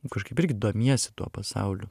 kažkaip irgi domiesi tuo pasauliu